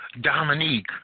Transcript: Dominique